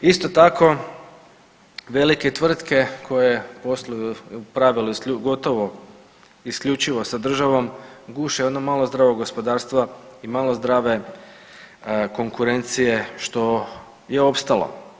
Isto tako velike tvrtke koje posluju u pravilu gotovo isključivo sa državom guše i ono malo zdravog gospodarstva i malo zdrave konkurencije što je opstalo.